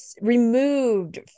removed